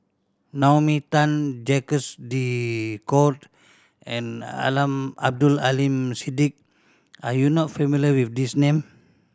Naomi Tan Jacques De Court and Abdul Aleem Siddique are you not familiar with these name